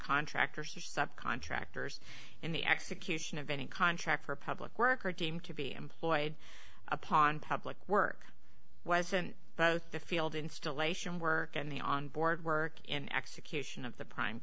contractors or subcontractors in the execution of any contract for public work are deemed to be employed upon public work wasn't both the field installation work and the on board work in execution of the prime